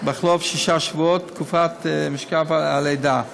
שישה שבועות תקופת משכב הלידה.